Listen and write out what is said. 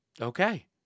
okay